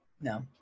No